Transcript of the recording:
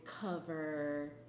cover